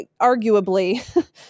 arguably